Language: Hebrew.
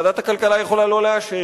ועדת הכלכלה יכולה לא לאשר.